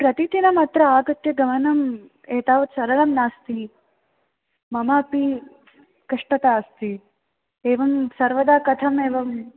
प्रतिदिनम् अत्र आगत्य गमनम् एतावत् सरलं नास्ति मम अपि कष्टता अस्ति एवं सर्वदा कथम् एवम्